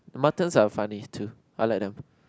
Muttons are funny too I like them